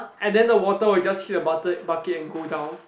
and then the water will just hit the butter bucket and go down